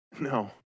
No